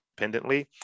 independently